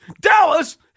Dallas